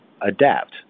adapt